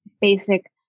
basic